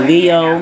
Leo